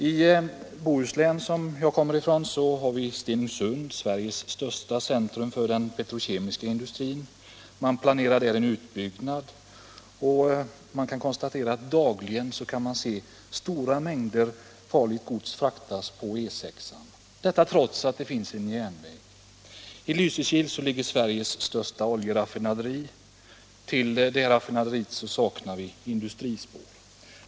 I Bohuslän, som jag kommer ifrån, planeras en utbyggnad i Stenungsund av Sveriges största petrokemiska industri. Där kan man dagligen se stora mängder farligt gods fraktas på E 6 trots att det finns en järnväg. I Lysekil ligger Sveriges största oljeraffinaderi. Till detta raffinaderi saknas det industrispår.